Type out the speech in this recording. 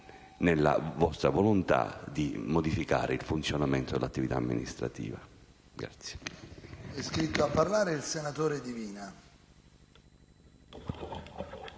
nella vostra volontà di modificare il funzionamento dell'attività amministrativa.